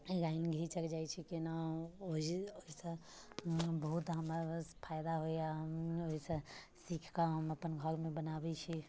line घिचल जाइत छै केना ओ जे ओहिसँ बहुत हमर फायदा होइया ओहिसँ सीख कऽ हम अपन घरमे बनाबैत छी